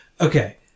Okay